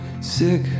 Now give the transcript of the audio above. sick